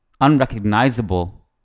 unrecognizable